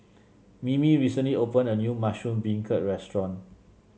Mimi recently opened a new Mushroom Beancurd restaurant